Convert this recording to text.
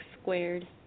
squared